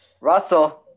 russell